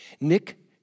Nick